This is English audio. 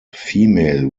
female